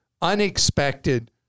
unexpected